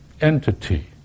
entity